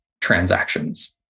transactions